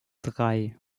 drei